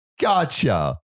Gotcha